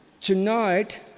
Tonight